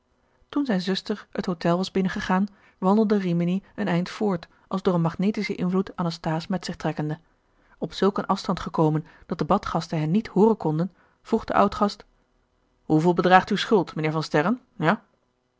toen zijne zuster het hotel was binnengegaan wandelde rimini een eind voort als door een magnetischen invloed anasthase met zich trekkende op zulk een afstand gekomen dat de badgasten hen niet hooren konden vroeg de oud gast hoeveel bedraagt uw schuld mijnheer van sterren ja